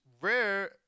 rare